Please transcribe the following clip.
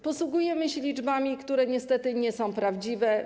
Posługujemy się liczbami, które niestety nie są prawdziwe.